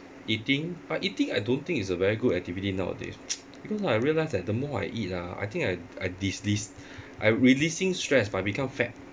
eating but eating I don't think it's a very good activity nowadays because I realise that the more I eat ah I think I I dis~ dis~ I releasing stress by become fat